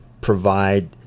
provide